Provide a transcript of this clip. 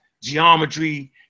geometry